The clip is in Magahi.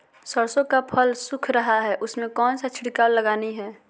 सरसो का फल सुख रहा है उसमें कौन सा छिड़काव लगानी है?